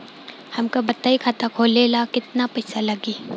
हमका बताई खाता खोले ला केतना पईसा लागी?